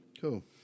Cool